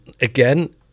again